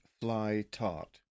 Fly-Tart